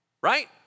right